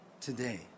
today